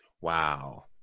Wow